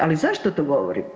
Ali zašto to govorim?